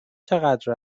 چقدر